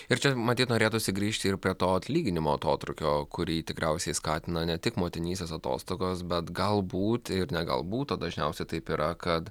ir čia matyt norėtųsi grįžti ir prie to atlyginimo atotrūkio kurį tikriausiai skatina ne tik motinystės atostogos bet galbūt ir ne galbūt o dažniausiai taip yra kad